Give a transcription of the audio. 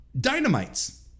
dynamites